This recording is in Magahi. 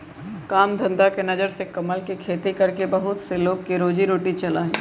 काम धंधा के नजर से कमल के खेती करके बहुत से लोग के रोजी रोटी चला हई